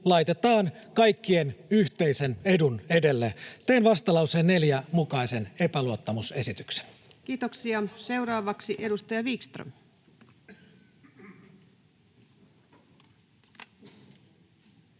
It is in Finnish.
laitetaan kaikkien yhteisen edun edelle. Teen vastalauseen 4 mukaisen epäluottamusesityksen. Kiitoksia. — Seuraavaksi edustaja Wickström.